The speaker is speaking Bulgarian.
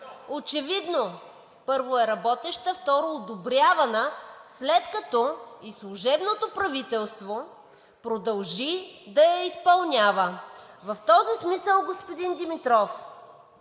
очевидно, първо, е работеща, второ, одобрявана, след като и служебното правителство продължи да я изпълнява. В този смисъл, господин Димитров,